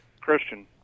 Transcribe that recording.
Christian